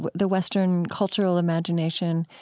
but the western cultural imagination.